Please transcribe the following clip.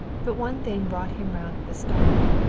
but one thing brought him round with a start.